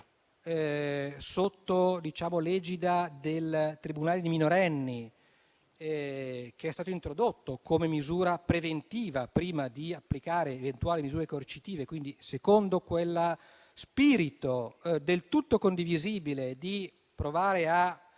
sotto l'egida del tribunale dei minorenni, che è stato introdotto come misura preventiva prima di applicare eventuali misure coercitive e, quindi, secondo quello spirito del tutto condivisibile di provare a